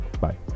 Bye